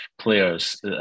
players